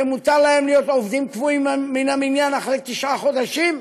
שמותר להם להיות עובדים קבועים מן המניין אחרי תשעה חודשים,